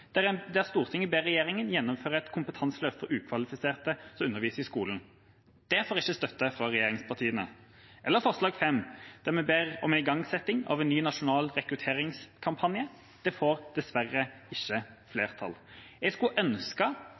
der vi ber om en igangsetting av «en ny nasjonal rekrutteringskampanje». Det får dessverre ikke flertall. Jeg skulle